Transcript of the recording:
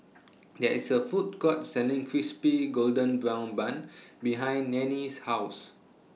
There IS A Food Court Selling Crispy Golden Brown Bun behind Nanie's House